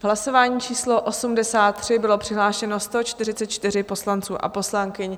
Hlasování číslo 83, bylo přihlášeno 144 poslanců a poslankyň.